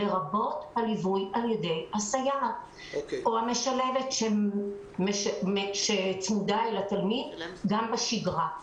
לרבות הליווי על ידי הסייעת או המשלבת שצמודה לתלמיד גם בשגרה.